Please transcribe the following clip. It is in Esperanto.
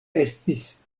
estis